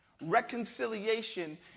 reconciliation